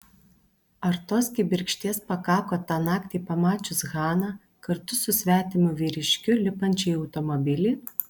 ar tos kibirkšties pakako tą naktį pamačius haną kartu su svetimu vyriškiu lipančią į automobilį